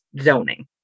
zoning